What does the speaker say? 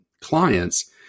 clients